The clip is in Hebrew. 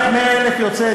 אני רוצה,